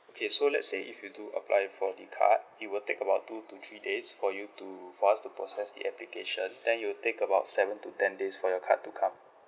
okay so let's say if you do apply for the card it will take about two to three days for you to for us to process the application then it'll take about seven to ten days for your card to come